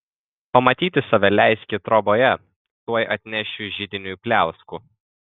pamatyti save leiski troboje tuoj atnešiu židiniui pliauskų